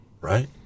right